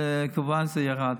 וכמובן זה ירד.